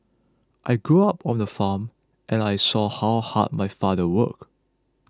I grew up on a farm and I saw how hard my father worked